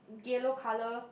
yellow colour